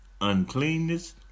uncleanness